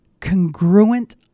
congruent